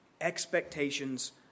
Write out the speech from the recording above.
Expectations